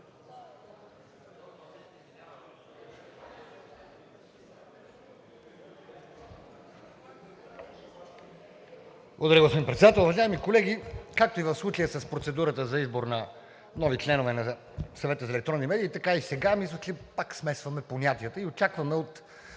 Благодаря, господин Председател. Уважаеми колеги! Както и в случая с процедурата за избор на нови членове на Съвета за електронни медии, така и сега мисля, че пак смесваме понятията и очакваме от